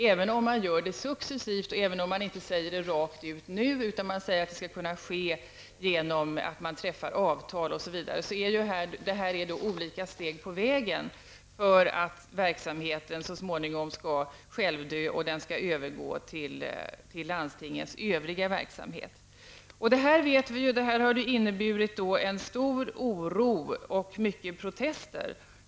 Även om man gör det successivt och även om man inte säger det rakt ut nu utan säger att det skall kunna ske genom att man träffar avtal osv., är det här olika steg på vägen för att verksamheten så småningom skall självdö och övergå till landstingens övriga verksamhet. Det här har medfört stor oro och många protester.